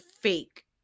fake